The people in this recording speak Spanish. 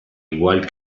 igual